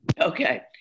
Okay